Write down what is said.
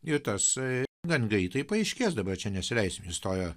ir tas gan greitai paaiškės dabar čia nesileisim į istoriją